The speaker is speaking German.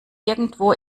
irgendwo